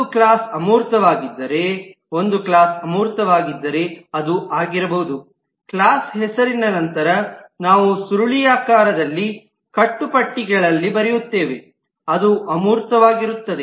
ಒಂದು ಕ್ಲಾಸ್ ಅಮೂರ್ತವಾಗಿದ್ದರೆ ಒಂದು ಕ್ಲಾಸ್ ಅಮೂರ್ತವಾಗಿದ್ದರೆ ಅದು ಆಗಿರಬಹುದು ಕ್ಲಾಸ್ ಹೆಸರಿನ ನಂತರ ನಾವು ಸುರುಳಿಯಾಕಾರದ ಕಟ್ಟುಪಟ್ಟಿಗಳಲ್ಲಿ ಬರೆಯುತ್ತೇವೆ ಅದು ಅಮೂರ್ತವಾಗಿರುತ್ತದೆ